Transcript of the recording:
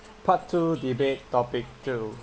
part two debate topic two